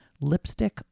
lipstick